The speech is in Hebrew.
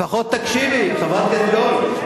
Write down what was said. לפחות תקשיבי, חברת הכנסת גלאון.